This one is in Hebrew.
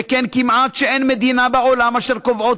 שכן כמעט אין מדינה בעולם אשר קובעת